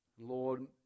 Lord